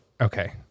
okay